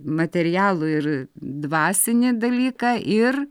materialų ir dvasinį dalyką ir